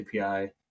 API